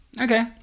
Okay